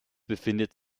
befindet